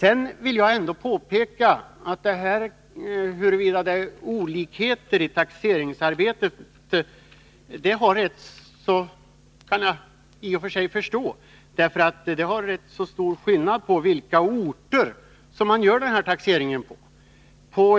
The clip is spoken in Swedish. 173 Att det förekommer olikheter i taxeringsarbetet kan jag i och för sig förstå. Det kan bero på vilka orter som taxeringen sker på.